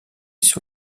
sur